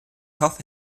hoffe